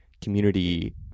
community